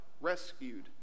rescued